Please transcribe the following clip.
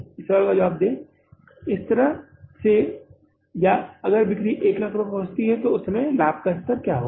इस सवाल का जवाब दे इस तरह से भी या अगर बिक्री 100000 रुपये तक पहुँचती है तो उस समय लाभ का स्तर क्या होगा